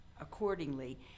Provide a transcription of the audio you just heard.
accordingly